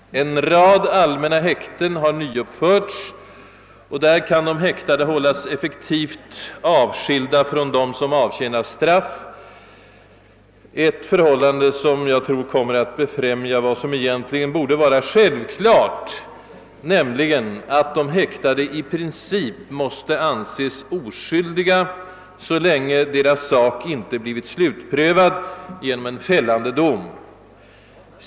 En rad allmänna häkten har nyuppförts och där kan sålunda de häktade hållas effektivt avskilda från dem som avtjänar straff — ett förhållande som jag tror kommer att befrämja vad som egentligen borde vara självklart, nämligen att de häktade i princip måste anses oskyldiga så länge deras sak inte blivit slutprövad genom en fällande dom.